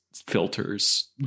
Filters